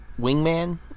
wingman